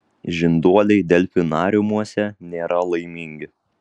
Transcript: žinduoliai delfinariumuose nėra laimingi